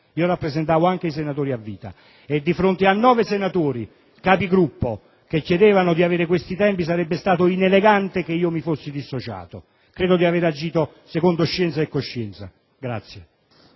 Mastella e i senatori a vita, e di fronte a nove senatori Capigruppo che chiedevano di avere questi tempi, sarebbe stato inelegante che mi fossi dissociato. Credo di avere agito secondo scienza e coscienza.